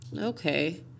Okay